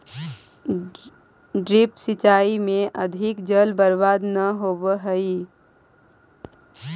drip सिंचाई में अधिक जल बर्बाद न होवऽ हइ